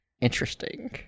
Interesting